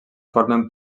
formen